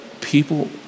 people